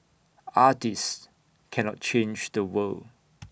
artists cannot change the world